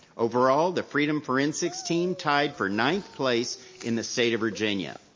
over all, the freedom forensics team tied for ninth place in the state of virginia.